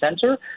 Center